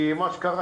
כי מה שקרה,